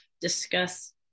discuss